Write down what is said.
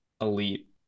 elite